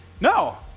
No